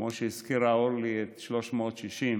כמו שהזכירה אורלי את 360,